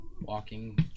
walking